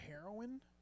heroin